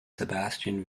sebastian